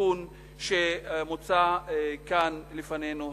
התיקון שמוצע כאן לפנינו היום.